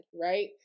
right